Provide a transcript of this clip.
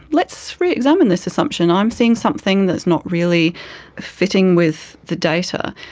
let's re-examine this assumption, i'm seeing something that's not really fitting with the data.